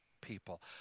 people